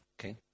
okay